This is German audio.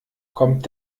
kommt